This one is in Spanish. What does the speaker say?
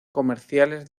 comerciales